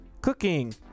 Cooking